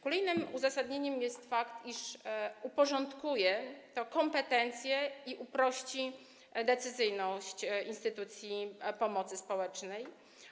Kolejnym uzasadnieniem jest tu fakt, iż uporządkuje to kompetencje i uprości decyzyjność instytucji pomocy społecznej.